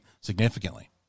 significantly